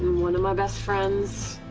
one of my best friends,